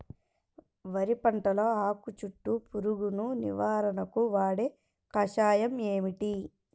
వరి పంటలో ఆకు చుట్టూ పురుగును నివారణకు వాడే కషాయం ఏమిటి?